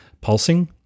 Pulsing